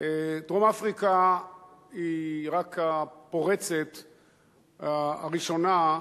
דרום-אפריקה היא רק הפורצת הראשונה,